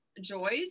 joys